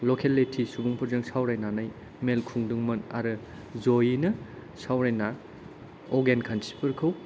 लकेलिटि सुबुंफोरजों सावरायनानै मेल खुंदोंमोन आरो जयैनो सावरायना अगेन खान्थिफोरखौ